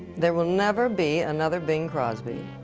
there will never be another bing crosby.